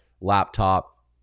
laptop